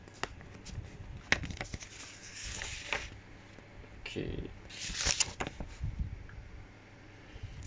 okay